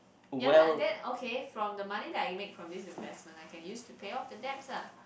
ya lah then okay from the money that I make from this investment I can use to pay off the debts ah